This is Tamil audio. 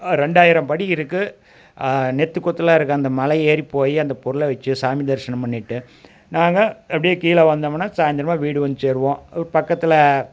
ரெண்டாயிரம் படி இருக்கும் நெத்துக்குத்தலாக இருக்கும் அந்த மலையேறிப் போய் அந்த பொருளை வச்சு சாமி தரிசனம் பண்ணிவிட்டு நாங்கள் அப்படியே கீழே வந்தமுன்னால் சாய்ந்திரமா வீடு வந்து சேருவோம் ஒரு பக்கத்தில்